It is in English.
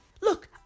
look